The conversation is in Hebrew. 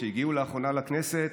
שהגיעו לאחרונה לכנסת.